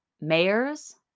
mayors